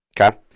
Okay